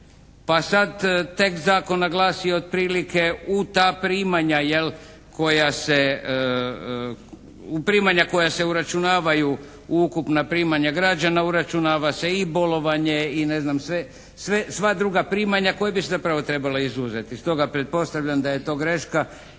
Pa sad tekst zakona glasi otprilike: u ta primanja koja se uračunavaju u ukupna primanja građana uračunava se i bolovanje i ne znam sva druga primanja koja bi se zapravo trebala izuzeti. Stoga pretpostavljam da je to greška